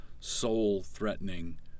soul-threatening